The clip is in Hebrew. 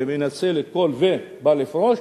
מנצל הכול ובא לפרוש,